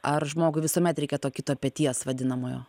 ar žmogui visuomet reikia to kito peties vadinamojo